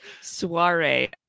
soiree